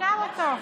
תשאל אותו.